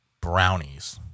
brownies